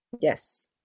Yes